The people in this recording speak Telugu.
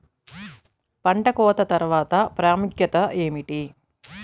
పంట కోత తర్వాత ప్రాముఖ్యత ఏమిటీ?